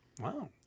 Wow